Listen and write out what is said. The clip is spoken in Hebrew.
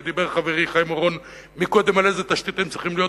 ודיבר קודם חברי חיים אורון על איזה תשתית הם צריכים להיות.